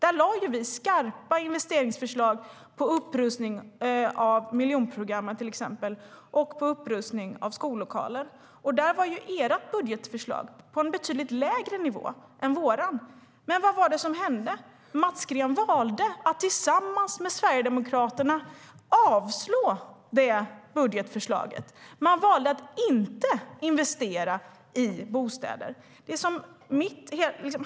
Vi lade fram skarpa investeringsförslag på upprustning av miljonprogramsområden och skollokaler, till exempel. Där var ert budgetförslag på en betydligt lägre nivå än vår. Men vad var det som hände? Mats Green valde att tillsammans med Sverigedemokraterna avslå vårt budgetförslag. Man valde att inte investera i bostäder.